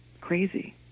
crazy